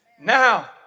Now